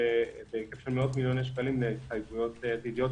והיקף של מאות מיליוני שקלים להתחייבויות עתידיות,